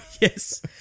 Yes